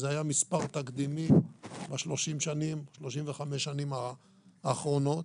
זה היה מספר תקדימי ב-35 השנים האחרונות,